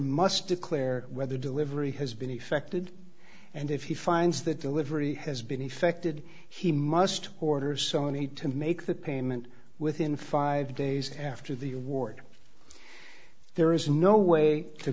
must declare whether delivery has been effected and if he finds that delivery has been effected he must order sony to make that payment within five days after the award there is no way to